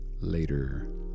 later